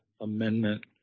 amendment